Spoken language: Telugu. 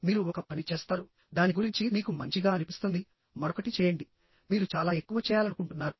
మీరు ఒక పని చేస్తారుదాని గురించి మీకు మంచిగా అనిపిస్తుందిమరొకటి చేయండిమీరు చాలా ఎక్కువ చేయాలనుకుంటున్నారు